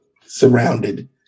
surrounded